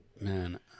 man